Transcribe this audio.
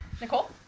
Nicole